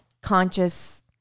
conscious